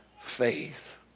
faith